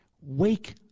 wake